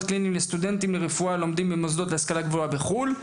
קליניות לסטודנטים לרפואה הלומדים במוסדות להשכלה גבוהה בחו"ל.